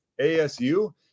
ASU